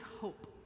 hope